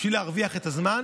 בשביל להרוויח את הזמן,